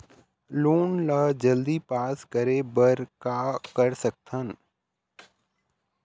Loan ला जल्दी pass करे बर का कर सकथन?